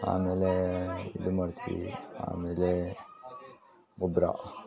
ಆಮೇಲೆ ಇದು ಮಾಡ್ತೀವಿ ಆಮೇಲೆ ಗೊಬ್ಬರ